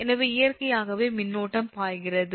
எனவே இயற்கையாகவே மின்னோட்டம் பாய்கிறது